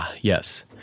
yes